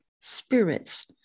spirits